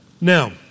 Now